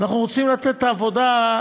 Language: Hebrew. אנחנו רוצים לתת את העבודה,